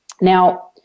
Now